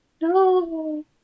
No